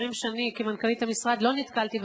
דברים שאני כמנכ"לית המשרד לא נתקלתי בהם.